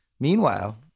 Meanwhile